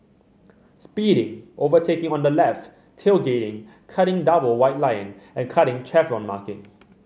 speeding overtaking on the left tailgating cutting double white line and cutting chevron marking